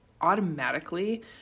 automatically